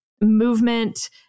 movement